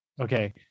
Okay